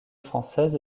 française